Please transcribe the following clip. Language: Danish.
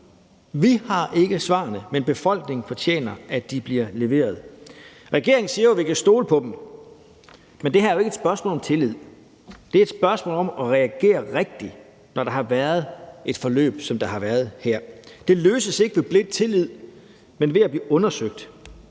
vi har ikke svarene, men befolkningen fortjener, at de bliver leveret. Regeringen siger jo, vi kan stole på dem, men det her er ikke et spørgsmål om tillid. Det er et spørgsmål om at reagere rigtigt, når der har været et forløb, som der har været her. Det løses ikke ved blind tillid, men ved at blive undersøgt.